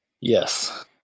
Yes